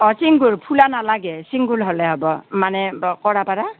অ চিঙ্গুল ফুলা নালাগে চিঙ্গুল হ'লে হ'ব মানে কৰা পৰা